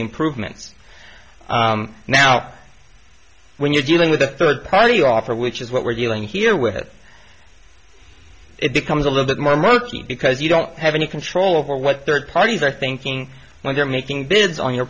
improvements now when you're dealing with a third party offer which is what we're dealing here with it becomes a little bit more murky because you don't have any control over what third parties are thinking when they're making bids on your